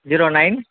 zero nine